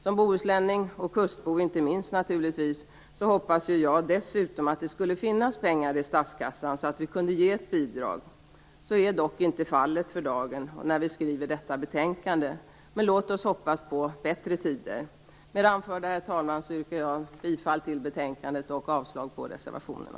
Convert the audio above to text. Som bohuslänning och kustbo inte minst önskar jag dessutom att det skulle finnas pengar i statskassan så att vi kunde ge ett bidrag. Så är dock inte fallet för dagen, och inte heller när vi skrev detta betänkande, men låt oss hoppas på bättre tider. Med det anförda, herr talman, yrkar jag bifall till hemställan i betänkandet och avslag på reservationerna.